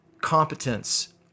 competence